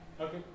Okay